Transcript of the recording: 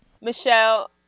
michelle